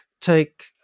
take